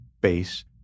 base